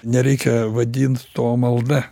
nereikia vadint to malda